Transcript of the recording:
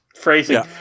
Phrasing